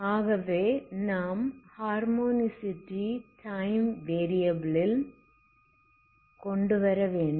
ஆகவே நாம் ஹார்மோனிசிட்டி ஐ டைம் வேரியபில் ல் கொண்டுவரவேண்டும்